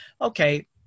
okay